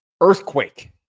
earthquake